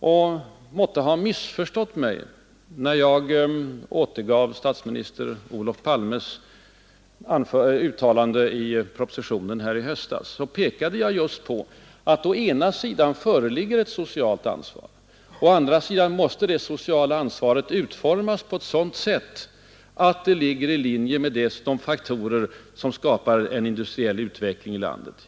Han måtte ha missförstått mig, när jag återgav statsminister Olof Palmes uttalanden i propositionen i höstas. Jag pekade just på att å ena sidan föreligger ett socialt ansvar, å andra sidan måste det sociala ansvaret utformas på ett sådant sätt att det ligger i linje med de faktorer som skapar industriell utveckling i landet.